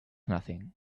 nothing